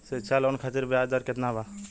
शिक्षा लोन खातिर ब्याज दर केतना बा?